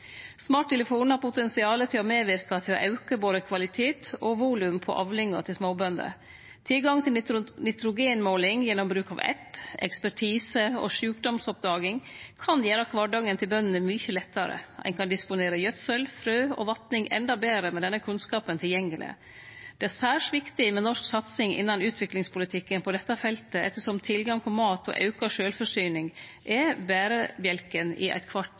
har potensial til å medverke til å auke både kvalitet og volum på avlinga til småbønder. Tilgangen til nitrogenmåling gjennom bruk av app, ekspertise og sjukdomsoppdaging kan gjere kvardagen til bøndene mykje lettare. Ein kan disponere gjødsel, frø og vatning endå betre med denne kunnskapen tilgjengeleg. Det er særs viktig med norsk satsing innan utviklingspolitikken på dette feltet, ettersom tilgang på mat og auka sjølvforsyning er berebjelken i